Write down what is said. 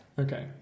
Okay